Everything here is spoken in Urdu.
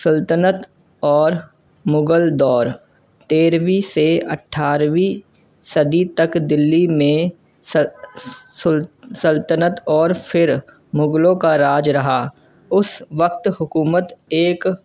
سلطنت اور مغل دور تیرہویں سے اٹھارہویں صدی تک دلی میں سلطنت اور پھر مغلوں کا راج رہا اس وقت حکومت ایک